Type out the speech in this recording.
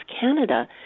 Canada